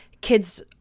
kids